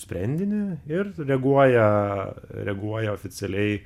sprendinį ir reaguoja reaguoja oficialiai